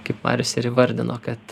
kaip marius ir įvardino kad